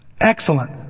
excellent